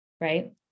Right